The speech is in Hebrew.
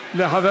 תודה לחבר